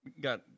got –